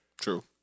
True